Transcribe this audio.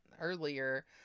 earlier